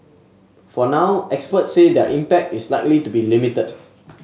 for now experts say their impact is likely to be limited